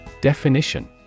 Definition